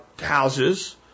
houses